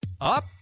Up